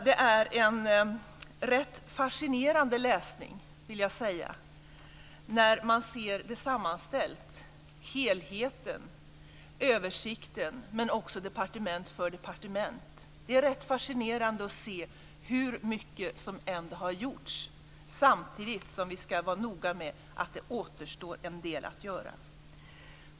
Det är en rätt fascinerande läsning när man ser det sammanställt, när man ser helheten, översikten och också departement för departement. Det är fascinerande att se hur mycket som ändå har gjorts, samtidigt som vi ska vara medvetna om att det återstår en del att göra.